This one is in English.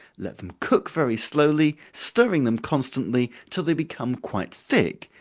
let them cook very slowly, stirring them constantly till they become quite thick,